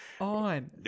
on